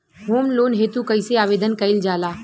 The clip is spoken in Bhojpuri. होम लोन हेतु कइसे आवेदन कइल जाला?